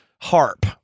harp